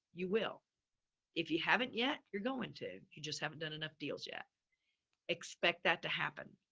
you will if you haven't yet, you're going to, you just haven't done enough deals yet expect that to happen.